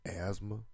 asthma